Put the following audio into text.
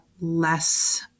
less